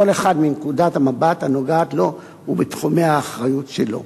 כל אחד מנקודת המבט הנוגעת לו ובתחומי האחריות שלו.